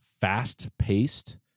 fast-paced